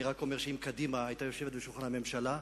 אני רק אומר שאם קדימה היתה יושבת ליד שולחן הממשלה,